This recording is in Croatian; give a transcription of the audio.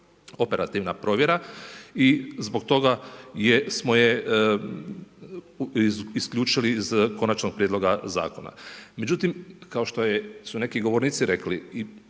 operativna provjera. I zbog toga smo je isključili iz konačnog prijedloga zakona. Međutim kao što su neki govornici rekli,